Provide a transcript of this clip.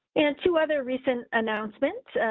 and two other recent announcements,